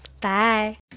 Bye